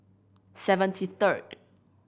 seventy third